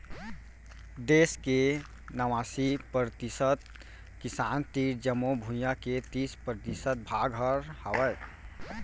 देस के नवासी परतिसत किसान तीर जमो भुइयां के तीस परतिसत भाग हर हावय